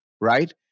right